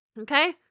Okay